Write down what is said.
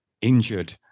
injured